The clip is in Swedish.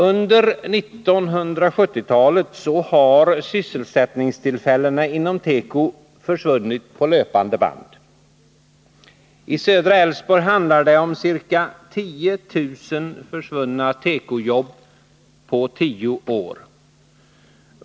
Under 1970-talet har sysselsättningstillfällena inom teko försvunnit på löpande band. I södra Älvsborg handlar det om ca 10 000 försvunna tekojobb på tio år.